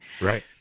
right